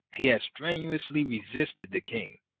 he had strenuously resisted the king,